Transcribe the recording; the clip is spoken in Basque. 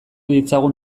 ditzagun